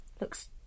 Looks